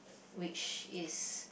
which is